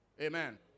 Amen